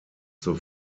zur